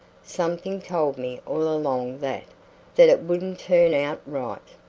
something told me all along that that it wouldn't turn out right.